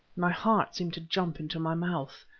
my heart seemed to jump into my mouth.